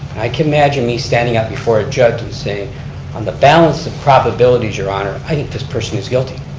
i can imagine me standing up before a judge and saying on the balance of probabilities, your honor, i think this person is guilty.